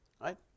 Right